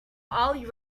ali